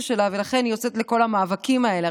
שלה ולכן היא יוצאת לכל המאבקים האלה.